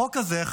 החוק הזה,